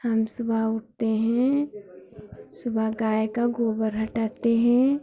हम सुबह उठते हैं सुबह गाय का गोबर हटाते हैं